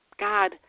God